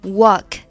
walk